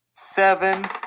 Seven